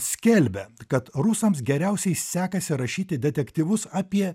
skelbia kad rusams geriausiai sekasi rašyti detektyvus apie